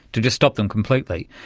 to just stop them completely.